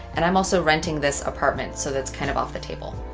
and i'm also renting this apartment. so that's kind of off the table.